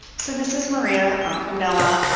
so this is maria ah from noaa.